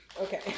Okay